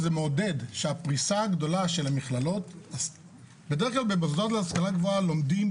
בדרך כלל במוסדות להשכלה גבוהה לומדים